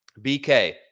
BK